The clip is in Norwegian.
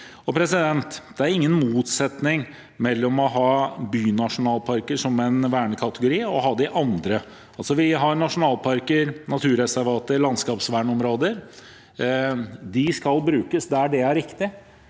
siden 2005. Det er ingen motsetning mellom å ha bynasjonalparker som en vernekategori og å ha de andre. Vi har nasjonalparker, naturreservater og landskapsvernområder. De skal brukes der det er riktig.